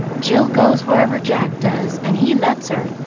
jill goes wherever jack does, and he lets her.